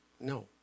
No